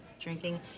drinking